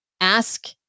ask